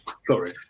Sorry